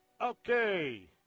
Okay